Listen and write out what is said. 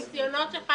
-- הניסיונות שלך